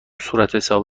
صورتحساب